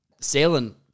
sailing